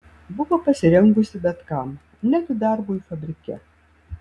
buvo pasirengusi bet kam net darbui fabrike